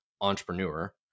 Entrepreneur